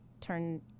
turn